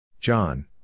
John